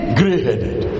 grey-headed